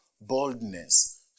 boldness